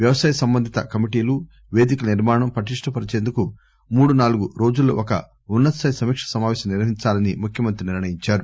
వ్యవసాయ సంబంధిత కమిటీలు వేదికల నిర్మాణం పటిష్ణ పరిచేందుకు మూడు నాలుగు రోజుల్లో ఒక ఉన్న తస్లాయి సమీకక సమావేశం నిర్వహించాలని ముఖ్యమంత్రి నిర్ణయించారు